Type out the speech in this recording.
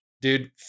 Dude